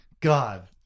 God